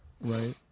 Right